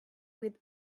with